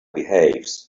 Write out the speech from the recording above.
behaves